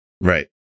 Right